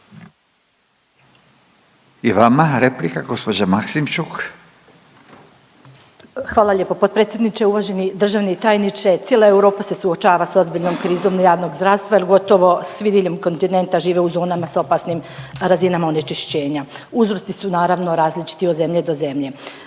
**Maksimčuk, Ljubica (HDZ)** Hvala lijepo potpredsjedniče. Uvaženi državni tajniče, cijela Europa se suočava s ozbiljnom krizom javnog zdravstva jer gotovo svi diljem kontinenta žive u zonama s opasnim razinama onečišćenja. Uzroci su naravno različiti od zemlje do zemlje.